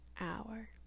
hour